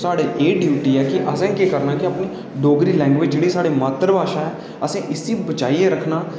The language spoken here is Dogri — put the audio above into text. साढ़ी ऐ ड्यूटी ऐ कि असें के करना ऐ के अपनी डोगरी लैंग्वेज जेह्ड़ी साढ़ी मात्तर भाशा ऐ असें इसी बचाइयै रक्खना ऐ